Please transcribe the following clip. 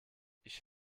ich